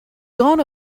gone